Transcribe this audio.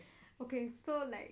okay so like